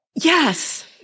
Yes